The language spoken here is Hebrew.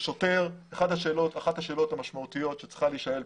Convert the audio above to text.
ואומר לכם שאחת השאלות המשמעותיות שצריכה להישאל כאן,